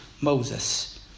Moses